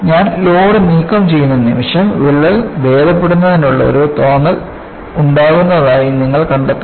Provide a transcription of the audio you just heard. ഞാൻ ലോഡ് നീക്കം ചെയ്യുന്ന നിമിഷം വിള്ളൽ ഭേദപ്പെടുത്തുന്നതിനുള്ള ഒരു തോന്നൽ ഉണ്ടാകുന്നതായി നിങ്ങൾ കണ്ടെത്തുന്നു